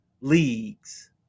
leagues